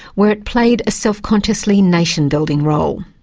where it played a self-consciously nation-building role.